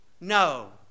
No